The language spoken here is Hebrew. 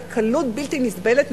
בקלות בלתי נסבלת,